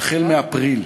החל מאפריל.